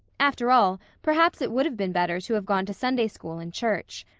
after all, perhaps it would have been better to have gone to sunday school and church.